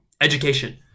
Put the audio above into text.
education